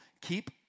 Keep